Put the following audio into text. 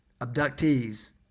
abductees